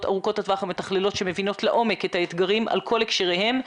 ארוכות הטווח המתכללות שמבינות לעומק את האתגרים על כל הקשריהם.